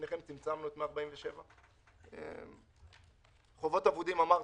צמצמנו את 147. חובות אבודים אמרנו,